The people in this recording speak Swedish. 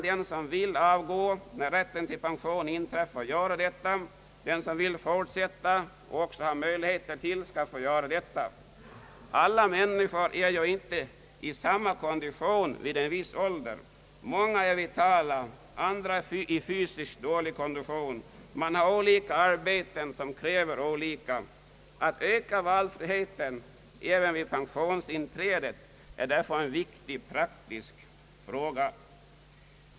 Den som vill avgå när han får rätt till pension får då göra detta, och den som vill fortsätta och även har möjlighet därtill skall få göra detta. Alla människor är ju inte i samma kondition vid en viss ålder. Många är vitala, andra är i fysiskt dålig kondition. Man har olika arbeten som kräver olika. Att öka valfriheten även vid pensionsinträde är därför en viktig och praktisk åtgärd.